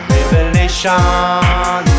Revelation